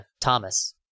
Thomas